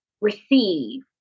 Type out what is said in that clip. receive